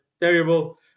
terrible